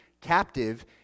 captive